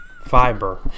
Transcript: fiber